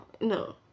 No